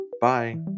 bye